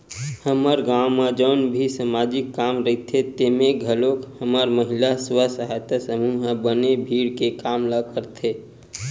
हमर गाँव म जउन भी समाजिक काम रहिथे तेमे घलोक हमर महिला स्व सहायता समूह ह बने भीड़ के काम ल करथे